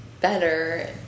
better